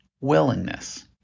willingness